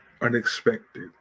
unexpected